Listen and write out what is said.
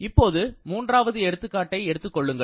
இப்போது மூன்றாவது எடுத்துக்காட்டை எடுத்துக்கொள்ளுங்கள்